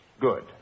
Good